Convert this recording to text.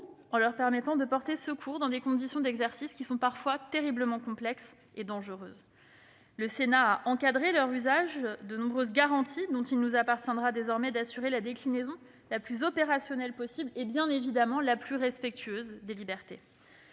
en leur permettant de porter secours dans des conditions d'exercice parfois terriblement complexes et dangereuses. Le Sénat a encadré leur usage de nombreuses garanties, dont il nous appartiendra désormais d'assurer la déclinaison la plus opérationnelle possible et, bien entendu, la plus respectueuse des libertés.